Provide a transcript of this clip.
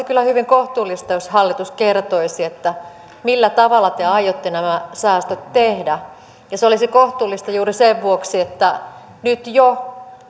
kyllä hyvin kohtuullista jos hallitus kertoisi millä tavalla te aiotte nämä säästöt tehdä ja se olisi kohtuullista juuri sen vuoksi että nyt jo